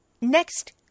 Next